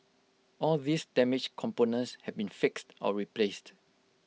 all these damaged components have been fixed or replaced